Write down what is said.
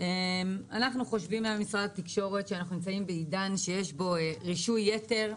התקשורת חושבים שאנחנו נמצאים בעידן שיש בו רישוי יתר,